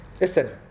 Listen